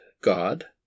God